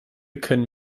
können